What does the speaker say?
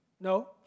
No